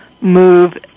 move